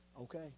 okay